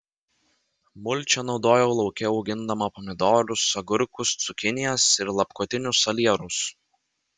mulčią naudojau lauke augindama pomidorus agurkus cukinijas ir lapkotinius salierus